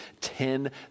ten